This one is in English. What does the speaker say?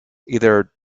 either